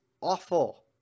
awful